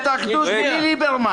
הגוף היציג של הורי ישראל.